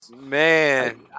Man